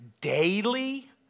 daily